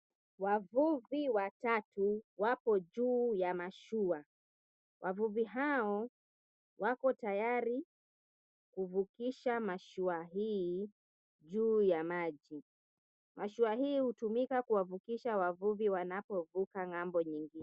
Wavuvi watatu wapo juu ya mashua. Wavuvi hao wako tayari kuvukisha mashua hii juu ya maji. Mashua hii hutumika kuwavukisha wavuvi wanapovuka ng'ambo nyingine.